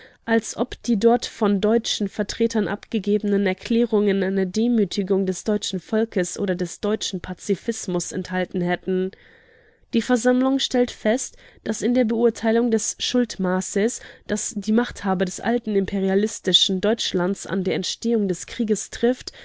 als ob die dort von deutschen vertretern abgegebenen erklärungen eine demütigung des deutschen volkes oder des deutschen pazifismus enthalten hätten die versammlung stellt fest daß in der beurteilung des schuldmaßes das die machthaber des alten imperialistischen deutschlands an der entstehung des krieges trifft